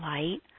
light